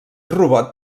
robot